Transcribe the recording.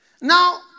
Now